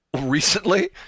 Recently